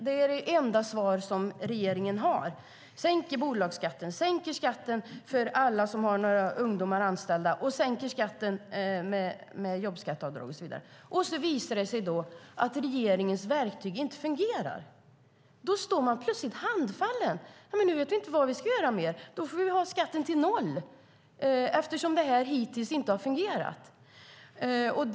Det är det enda svar som regeringen har: Vi sänker bolagsskatten. Vi sänker skatten för alla som har några ungdomar anställda. Vi sänker skatten med jobbskatteavdrag, och så vidare. Det visar sig sedan att regeringens verktyg inte fungerar. Då står den plötsligt handfallen. Då vet den inte vad den ska göra mer. Då får man väl sänka skatten till noll, eftersom det hittills inte har fungerat.